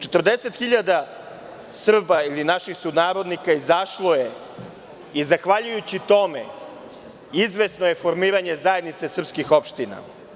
40.000 Srba ili naših sunarodnika izašlo je i zahvaljujući tome izvesno je formiranje zajednice srpskih opština.